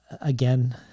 again